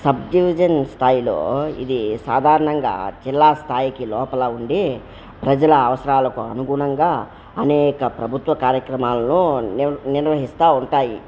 sub division స్థాయిలో ఇది సాధారణంగా జిల్లా స్థాయికి లోపల ఉండి ప్రజల అవసరాలకు అనుగుణంగా అనేక ప్రభుత్వ కార్యక్రమాలను ని నిర్వహిస్తు ఉంటాయి